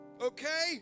okay